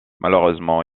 malheureusement